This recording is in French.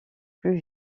plus